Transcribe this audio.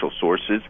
sources